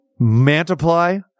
Mantiply